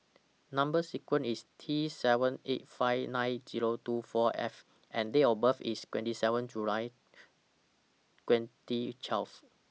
Number sequence IS T seven eight five nine Zero two four F and Date of birth IS twenty seven July twenty twelve